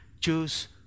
choose